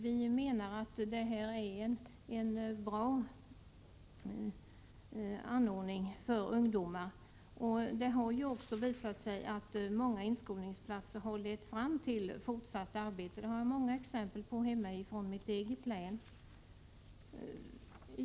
Vi menar att detta är en bra verksamhet för ungdomar. Det har också visat sig att många inskolningsplatser har lett fram till fortsatt arbete. Jag kan ge många exempel på detta från mitt hemlän.